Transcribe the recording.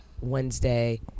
Wednesday